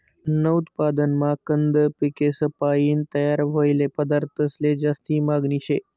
अन्न उत्पादनमा कंद पिकेसपायीन तयार व्हयेल पदार्थंसले जास्ती मागनी शे